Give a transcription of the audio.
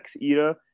era